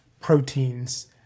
proteins